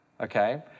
Okay